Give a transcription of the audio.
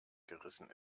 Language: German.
gerissen